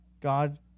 God